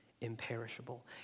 imperishable